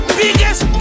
biggest